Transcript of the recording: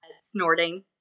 snorting